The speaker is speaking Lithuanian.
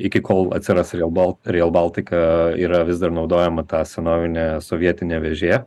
iki kol atsiras rėl bal rėl baltika yra vis dar naudojama ta senovinė sovietinė vėžė